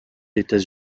états